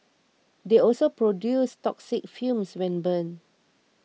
they also produce toxic fumes when burned